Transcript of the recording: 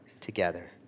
together